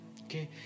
Okay